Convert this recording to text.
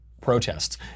protests